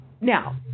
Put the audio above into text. Now